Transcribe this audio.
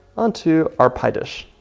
onto our pie dish.